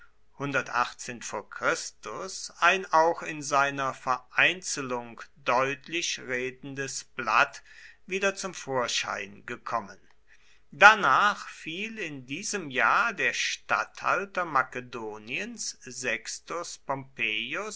ein auch in seiner vereinzelung deutlich redendes blatt wieder zum vorschein gekommen danach fiel in diesem jahr der statthalter makedoniens